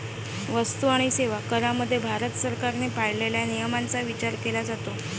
वस्तू आणि सेवा करामध्ये भारत सरकारने पाळलेल्या नियमांचा विचार केला जातो